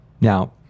Now